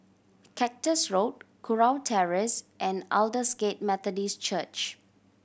Cactus Road Kurau Terrace and Aldersgate Methodist Church